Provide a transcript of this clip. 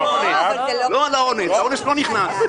לא על האונס, האונס לא נכנס.